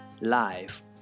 life